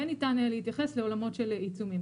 כן ניתן להתייחס לעולמות של עיצומים.